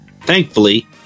Thankfully